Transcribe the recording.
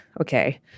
okay